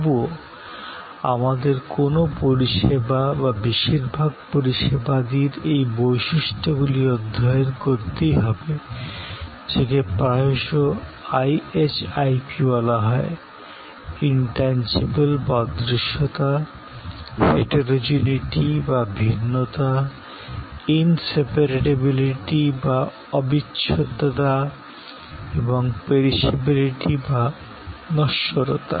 তবুও আমাদের কোনও পরিষেবা বা বেশিরভাগ পরিষেবাদির এই বৈশিষ্ট্যগুলি অধ্যয়ন করতেই হবে যাকে প্রায়শঃ IHIP বলা হয় ইন্টেন্জিবল বা অদৃশ্যতা হেটেরোজিনিটি বা ভিন্নতা ইনসেপারেবিলিটি বা অবিচ্ছেদ্যতা এবং পেরিশেবিলিটি বা নশ্বরতা